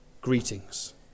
greetings